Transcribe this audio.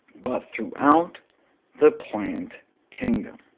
but throughout the plant kingdom.